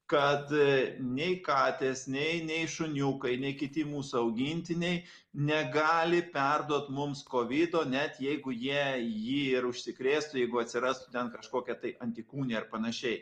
kad nei katės nei nei šuniukai nei kiti mūsų augintiniai negali perduot mums kovido net jeigu jie jį ir užsikrėstų jeigu atsirastų ten kažkokia tai antikūniai ar panašiai